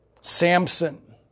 Samson